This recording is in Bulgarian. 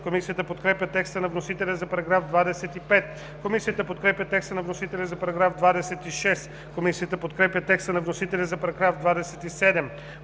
Комисията подкрепя текста на вносителя за § 25. Комисията подкрепя текста на вносителя за § 26. Комисията подкрепя текста на вносителя за § 27.